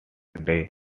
day